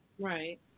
Right